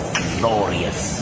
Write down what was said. glorious